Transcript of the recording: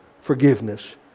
forgiveness